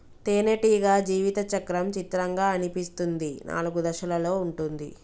తేనెటీగ జీవిత చక్రం చిత్రంగా అనిపిస్తుంది నాలుగు దశలలో ఉంటుంది